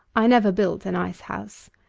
i never built an ice-house.